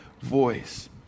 voice